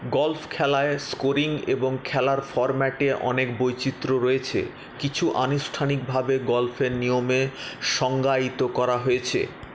golf খেলায় scoring এবং খেলার ফর্ম্যাটে অনেক বৈচিত্র্য রয়েছে কিছু আনুষ্ঠানিকভাবে গল্ফের নিয়মে সংজ্ঞায়িত করা হয়েছে